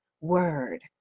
word